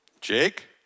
Jake